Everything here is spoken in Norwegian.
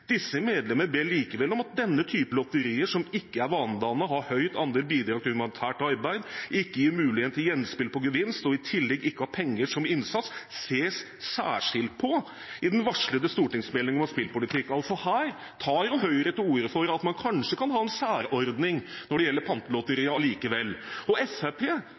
Disse medlemmer ber likevel om at denne type lotterier som ikke er vanedannende, har høy andel bidrag til humanitært arbeid, ikke gir mulighet for gjenspill på gevinst, og i tillegg ikke har penger som innsats, ses særskilt på i den varslede stortingsmeldingen om spillpolitikk.» Her tar altså Høyre til orde for at man kanskje kan ha en særordning når det gjelder